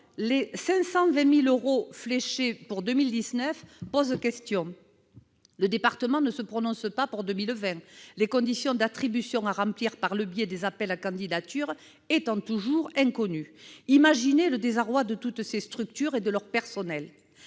les 520 000 euros fléchés en 2019 posent question : le département ne se prononce pas pour 2020, les conditions d'attribution à remplir par le biais des appels à candidatures étant toujours inconnues. Imaginez le désarroi de toutes ces structures et de leur personnel